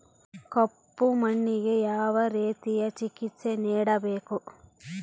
ಕಪ್ಪು ಮಣ್ಣಿಗೆ ಯಾವ ರೇತಿಯ ಚಿಕಿತ್ಸೆ ನೇಡಬೇಕು?